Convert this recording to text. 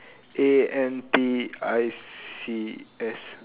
A N T I C S